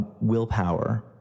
willpower